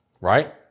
right